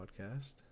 podcast